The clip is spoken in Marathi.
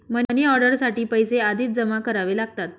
मनिऑर्डर साठी पैसे आधीच जमा करावे लागतात